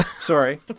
Sorry